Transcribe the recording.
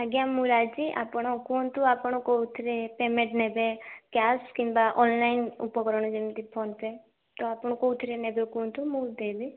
ଆଜ୍ଞା ମୁଁ ରାଜି ଆପଣ କୁହଁନ୍ତୁ ଆପଣ କେଉଁଥିରେ ପେମେଣ୍ଟ୍ ନେବେ କ୍ୟାସ୍ କିମ୍ବା ଅନଲାଇନ ଉପକରଣ ଯେମିତି ଫୋନପେ ତ ଆପଣ କେଉଁଥିରେ ନେବେ କୁହଁନ୍ତୁ ମୁଁ ଦେବି